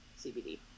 CBD